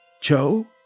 Cho